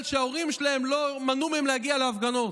שההורים שלהם לא מנעו מהם להגיע להפגנות.